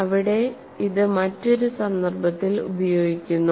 ഇവിടെ ഇത് മറ്റൊരു സന്ദർഭത്തിൽ ഉപയോഗിക്കുന്നു